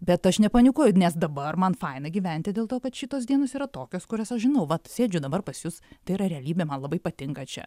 bet aš nepanikuoju nes dabar man faina gyventi dėl to kad šitos dienos yra tokios kurias aš žinau vat sėdžiu dabar pas jus tai yra realybė man labai patinka čia